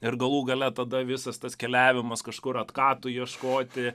ir galų gale tada visas tas keliavimas kažkur atkatų ieškoti